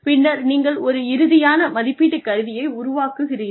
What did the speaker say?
பின்னர் நீங்கள் ஒரு இறுதியான மதிப்பீட்டுக் கருவியை உருவாக்குகிறீர்கள்